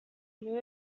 move